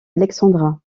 alexandra